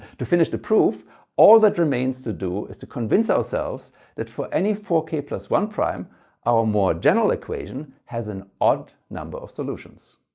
to finish the proof all that remains to do is to convince ourselves that for any four k one prime our more general equation has an odd number of solutions.